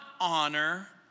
honor